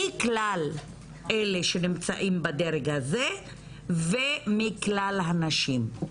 מכלל אלה שנמצאים בדרג הזה ומכלל הנשים.